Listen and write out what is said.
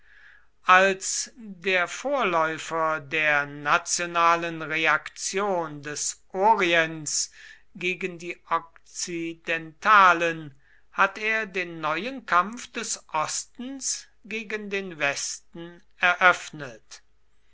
als der vorläufer der nationalen reaktion des orients gegen die okzidentalen hat er den neuen kampf des ostens gegen den westen eröffnet